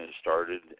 started